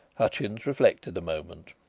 hutchins reflected a moment.